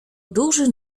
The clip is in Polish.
duży